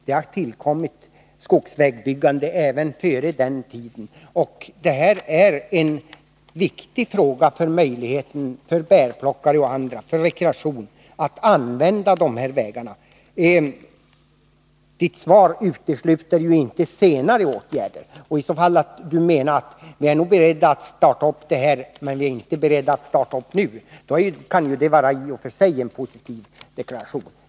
Det har byggts skogsvägar även före denna tidpunkt. Det är en viktig fråga att bärplockare och människor som vill ge sig ut i skogen för rekreation får möjlighet att använda dessa vägar. Jordbruksministerns svar utesluter inte senare åtgärder. Och om han menar att regeringen är beredd att starta sådana även om det inte sker nu, kan det i och för sig vara en positiv deklaration.